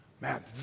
Man